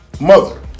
mother